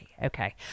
Okay